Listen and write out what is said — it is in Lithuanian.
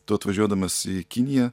tu atvažiuodamas į kiniją